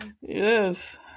Yes